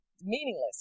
meaningless